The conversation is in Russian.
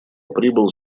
прибыл